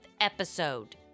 episode